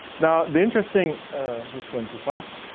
now, the interesting this went too fast.